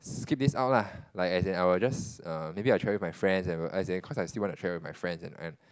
skip this out lah like as in I will just err maybe I will travel with my friends and uh as in cause I still want to travel with my friends and